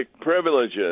privileges